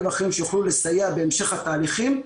ואחרים שיוכלו לסייע בהמשך התהליכים.